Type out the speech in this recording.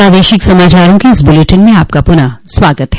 प्रादेशिक समाचारों के इस बुलेटिन में आपका फिर से स्वागत है